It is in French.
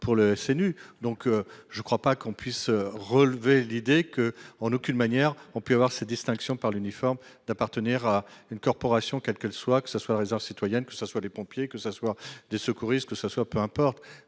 pour le SNU. Donc je ne crois pas qu'on puisse relever l'idée que en aucune manière ont pu avoir ces distinctions par l'uniforme d'appartenir à une corporation quelle qu'soit que ce soit la réserve citoyenne, que ce soit les pompiers que ce soir des secouristes, que ça soit peu importe